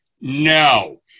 No